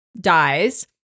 dies